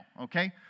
okay